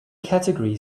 category